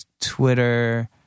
Twitter